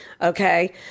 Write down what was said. Okay